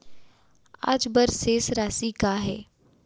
आज बर शेष राशि का हे?